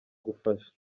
gufasha